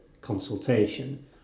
consultation